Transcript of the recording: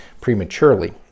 prematurely